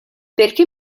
perché